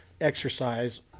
exercise